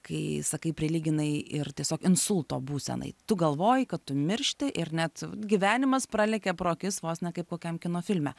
kai sakai prilyginai ir tiesiog insulto būsenai tu galvoji kad tu miršti ir net gyvenimas pralėkia pro akis vos ne kaip kokiam kino filme